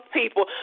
people